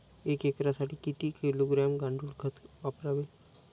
एक एकरसाठी किती किलोग्रॅम गांडूळ खत वापरावे?